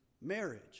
marriage